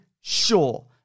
sure